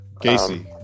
Casey